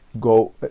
go